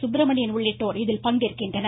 சுப்ரமணியன் உள்ளிட்டோர் இதில் பங்கேற்கின்றனர்